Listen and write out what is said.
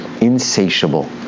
Insatiable